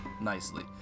nicely